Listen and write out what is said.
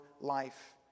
life